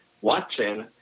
watching